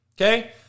Okay